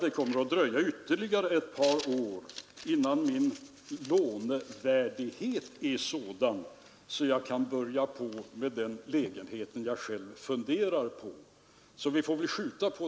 De ”förlorade åren” karakteriserades bl.a. av en ökning av industriinvesteringarna med 6 å 7 procent, och det var vi tämligen ensamma om bland världens industriländer.